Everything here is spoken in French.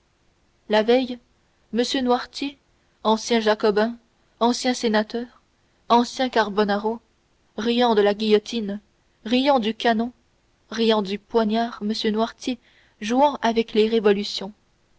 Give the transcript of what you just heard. la veille m noirtier ancien jacobin ancien sénateur ancien carbonaro riant de la guillotine riant du canon riant du poignard m noirtier jouant avec les révolutions